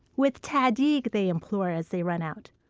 with tahdig, they implore as they run out.